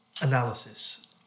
analysis